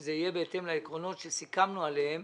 שזה יהיה בהתאם לעקרונות שסיכמנו עליהם